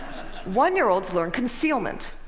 one-year-olds learn concealment.